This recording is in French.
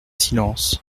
silence